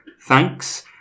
Thanks